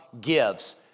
gives